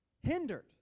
Hindered